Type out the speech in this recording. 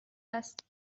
است